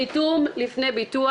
חיתום לפני ביטוח.